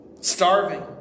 starving